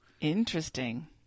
Interesting